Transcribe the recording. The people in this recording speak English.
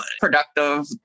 productive